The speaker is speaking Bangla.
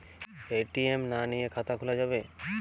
এ.টি.এম না নিয়ে খাতা খোলা যাবে?